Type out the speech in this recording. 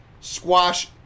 squash